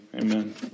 Amen